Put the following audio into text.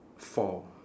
four